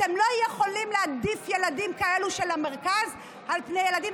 אתם לא יכולים להעדיף ילדים של המרכז על ילדים,